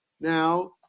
Now